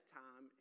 time